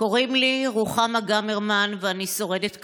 קוראים לי רוחמה גמרמן, ואני שורדת כת.